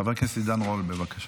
חבר הכנסת עידן רול, בבקשה.